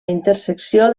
intersecció